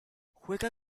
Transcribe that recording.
juega